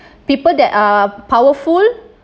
people that are powerful